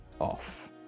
off